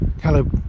Hello